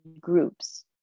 groups